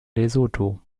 lesotho